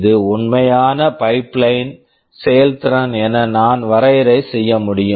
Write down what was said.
இது உண்மையான pipeline pipeline செயல்திறன் என நான் வரையறை செய்ய முடியும்